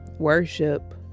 worship